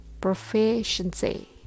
PROFICIENCY